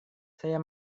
saya